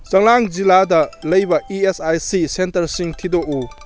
ꯆꯡꯂꯥꯡ ꯖꯤꯂꯥꯗ ꯂꯩꯕ E S I C ꯁꯦꯟꯇꯔꯁꯤꯡ ꯊꯤꯗꯣꯛꯎ